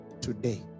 Today